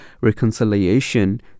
reconciliation